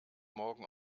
morgen